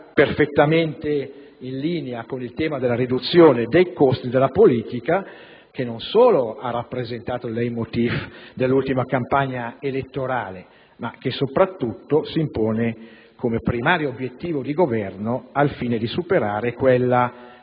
perfettamente in linea con il tema della riduzione dei costi della politica, che non solo ha rappresentato il *leitmotiv* dell'ultima campagna elettorale ma soprattutto si impone come primario obiettivo di Governo al fine di superare quella